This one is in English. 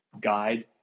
guide